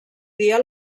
dia